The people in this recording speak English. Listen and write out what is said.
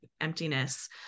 emptiness